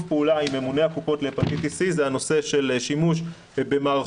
פעולה עם ממוני הקופות להפטיטיס סי זה הנושא של שימוש במערכות